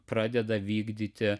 pradeda vykdyti